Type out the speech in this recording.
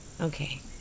Okay